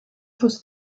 host